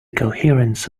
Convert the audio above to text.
coherence